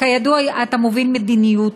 כידוע, אתה מוביל מדיניות,